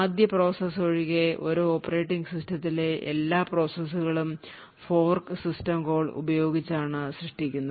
ആദ്യ പ്രോസസ്സ് ഒഴികെ ഒരു ഓപ്പറേറ്റിംഗ് സിസ്റ്റത്തിലെ എല്ലാ പ്രോസസ്സുകളും ഫോർക്ക് സിസ്റ്റം കോൾ ഉപയോഗിച്ചാണ് സൃഷ്ടിക്കുന്നത്